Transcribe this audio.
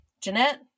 Jeanette